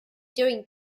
during